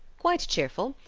quite cheerful,